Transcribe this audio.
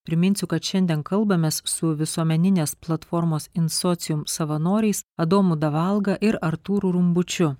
priminsiu kad šiandien kalbamės su visuomeninės platformos in socium savanoriais adomu davalga ir artūru rumbučiu